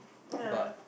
yeah